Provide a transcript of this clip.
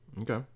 Okay